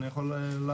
אני יכול להראות,